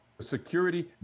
security